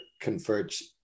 converts